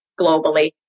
globally